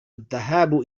الذهاب